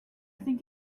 think